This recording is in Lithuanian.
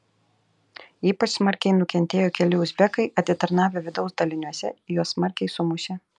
ypač smarkiai nukentėjo keli uzbekai atitarnavę vidaus daliniuose juos smarkiai sumušė